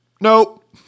nope